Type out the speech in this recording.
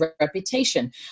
reputation